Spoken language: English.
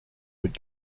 would